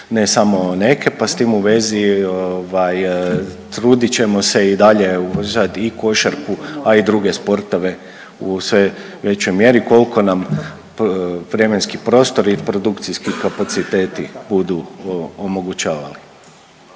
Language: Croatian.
ne samo neke, pa s tim u vezi ovaj trudit ćemo se i dalje …/Govornik se ne razumije/… i košarku, a i druge sportove u sve većoj mjeri kolko nam vremenski prostori i produkcijski kapaciteti budu omogućavali.